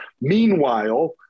Meanwhile